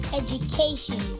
education